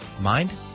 mind